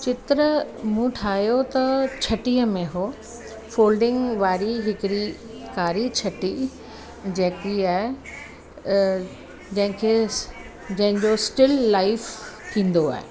चित्र मूं ठाहियो त छटीअ में उहो फ़ोल्डिंग वारी हिकिड़ी कारी छटी जेकी आहे जंहिंखे जंहिंजो स्टिल लाइफ़ थींदो आहे